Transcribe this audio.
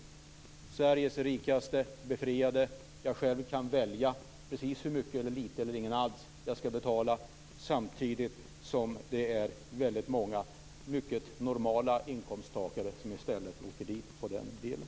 Sveriges rikaste är befriade. Jag själv kan välja precis hur mycket, hur lite eller ingen alls skatt jag skall betala. Samtidigt är det väldigt många mycket normala inkomsttagare som i stället åker dit på den delen.